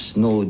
no